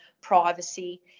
Privacy